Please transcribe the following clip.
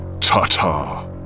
Ta-ta